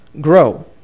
grow